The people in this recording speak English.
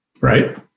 Right